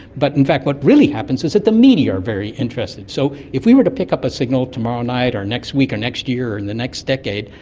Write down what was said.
but in fact what really happens is that the media are very interested. so if we were to pick up a signal tomorrow night or next week or next year, in the next decade,